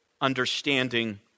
understanding